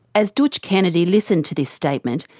as dootch kennedy listened to this statement,